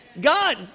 God